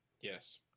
Yes